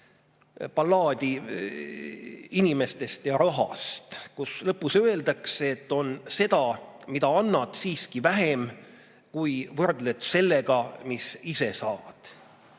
ballaadi inimestest ja [frakkidest], kus lõpus öeldakse, et on seda, mida annad, siiski vähem, kui võrdled sellega, mis ise saad.